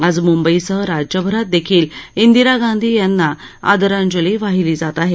आज मुंबईसह राज्यभरात देखील इंदिरा गांधी यांना आदरांजली वाहिली जात आहे